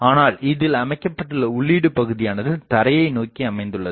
ஆனால் இதில் அமைக்கப்பட்டுள்ள உள்ளீடு பகுதியானது தரையை நோக்கி அமைந்துள்ளது